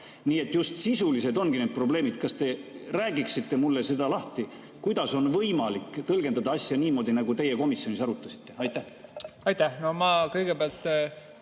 Nii et just sisulised ongi need probleemid. Kas te räägiksite mulle seda lahti, kuidas on võimalik tõlgendada asja niimoodi, nagu teie komisjonis arutasite? Aitäh!